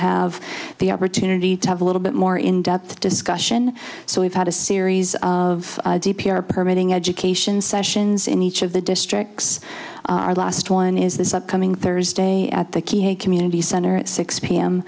have the opportunity to have a little bit more in depth discussion so we've had a series of p r permitting education sessions in each of the districts our last one is this upcoming thursday at the key a community center at six p